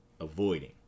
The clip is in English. avoiding